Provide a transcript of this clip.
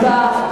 הצבעה.